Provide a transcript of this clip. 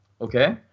Okay